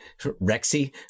Rexy